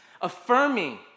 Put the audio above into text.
affirming